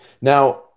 Now